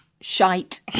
Shite